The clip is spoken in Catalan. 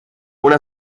una